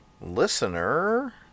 listener